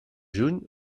juny